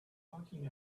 talking